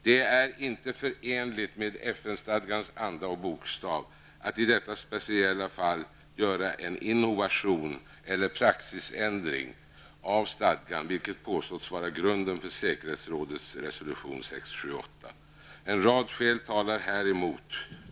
Det är inte förenligt med FN-stadgans anda och bokstav att i detta speciella fall göra en innovation eller praxisändring av stadgan, vilket påståtts vara grunden för säkerhetsrådets resolution 678. En rad skäl talar däremot.